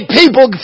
people